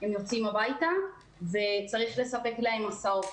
הם יוצאים הביתה וצריך לספק להם הסעות.